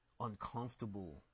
uncomfortable